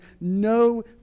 no